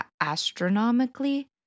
astronomically